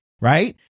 Right